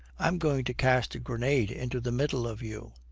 i'm going to cast a grenade into the middle of you.